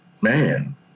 man